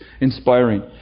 inspiring